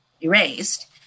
erased